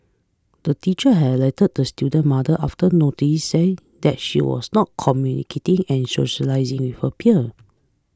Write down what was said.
her teacher had alerted the student mother after noticing that she was not communicating and socialising with her peer